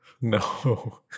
No